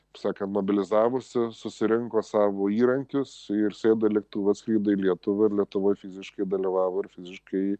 kaip sakan mobilizavosi susirinko savo įrankius ir sėdo į lėktuvą atskrido į lietuvą ir lietuvoj fiziškai dalyvavo ir fiziškai